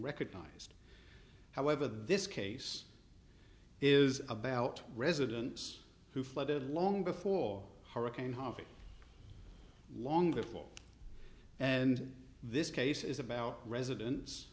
recognized however this case is about residents who flooded long before hurricane harvey long before and this case is about residen